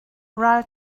ral